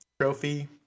trophy